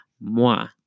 moi